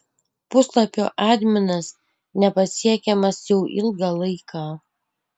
puslapio adminas nepasiekiamas jau ilgą laiką